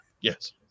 Yes